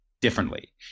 differently